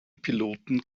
piloten